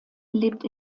lebt